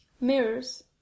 Mirrors